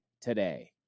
today